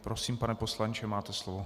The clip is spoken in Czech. Prosím, pane poslanče, máte slovo.